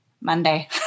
Monday